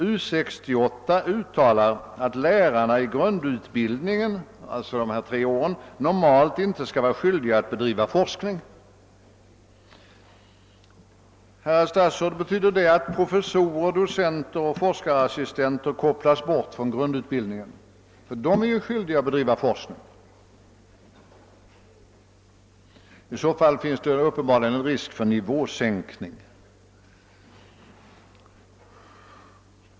U 68 uttalar att lärarna i grundutbildningen — alltså dessa tre år — normalt inte skall vara skyldiga att bedriva forskning. Betyder det, herr statsråd, att professorer, docenter och forskarassistenter skall kopplas bort från grundutbildningen, ty de är ju skyldiga att bedriva forskning? I så fall finns det uppenbarligen en risk för nivåsänkning.